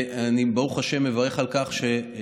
ואני, ברוך השם, מברך על כך שלמרות,